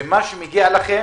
ומה שמגיע לכם